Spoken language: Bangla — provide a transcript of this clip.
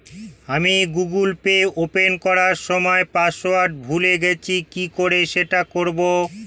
আমি গুগোল পে ওপেন করার সময় পাসওয়ার্ড ভুলে গেছি কি করে সেট করব?